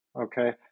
Okay